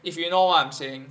if you know what I'm saying